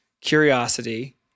curiosity